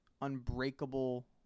unbreakable